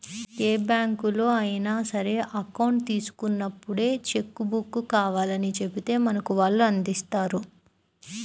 ఏ బ్యాంకులో అయినా సరే అకౌంట్ తీసుకున్నప్పుడే చెక్కు బుక్కు కావాలని చెబితే మనకు వాళ్ళు అందిస్తారు